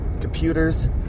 computers